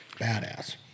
Badass